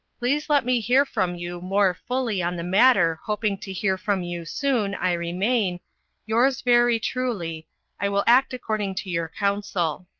pleas let me hear from you more fully on the matter hoping to hear from you soon i remain yours verry truly i will act according to your council.